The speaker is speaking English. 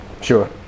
sure